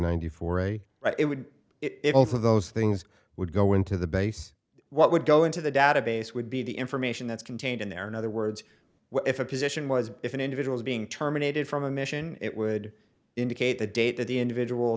ninety four a right it would it all for those things would go into the base what would go into the database would be the information that's contained in there in other words if a position was if an individual is being terminated from a mission it would indicate the date that the individual